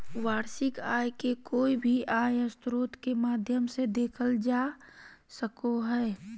वार्षिक आय के कोय भी आय स्रोत के माध्यम से देखल जा सको हय